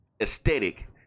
aesthetic